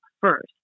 first